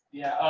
yeah.